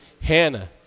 hannah